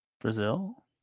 Brazil